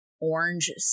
orange